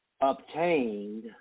obtained